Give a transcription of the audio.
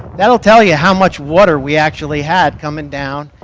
that will tell you how much water we actually had coming down,